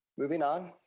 moving on.